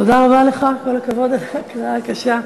תודה רבה לך, כל הכבוד על הקריאה הקשה.